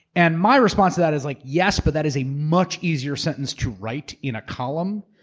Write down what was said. and my response to that is, like yes, but that is a much easier sentence to write in a column,